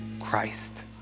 christ